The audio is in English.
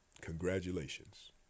congratulations